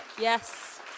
yes